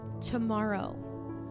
Tomorrow